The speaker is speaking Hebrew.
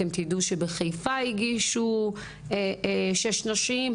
אתם תדעו שבחיפה הגישו שש נשים,